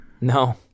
No